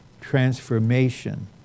transformation